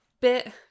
bit